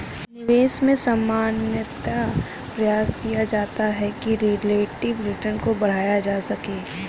निवेश में सामान्यतया प्रयास किया जाता है कि रिलेटिव रिटर्न को बढ़ाया जा सके